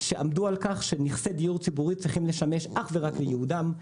שעמדו על כך שנכסי דיור ציבורי צריכים לשמש אך ורק לייעודם.